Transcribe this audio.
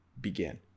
begin